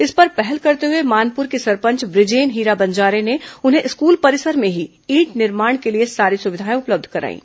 इस पर पहल करते हुए मानपुर की सरपंच बृजेन हीरा बंजारे ने उन्हें स्कूल परिसर में ही ईंट निर्माण के लिए सारी सुविधाएं उपलब्ध कराईं